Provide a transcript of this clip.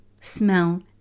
smell